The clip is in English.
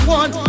one